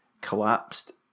collapsed